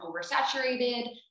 oversaturated